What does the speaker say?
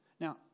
Now